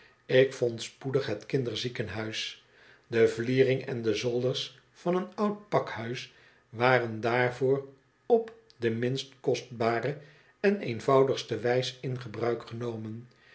ik vond spoedig het kinderziekenhuis de vliering en de zolders van een oud pakhuis waren daarvoor op de minst kostbare en eenvoudigste wijs in gebruik genomen